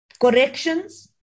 Corrections